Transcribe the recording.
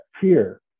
fear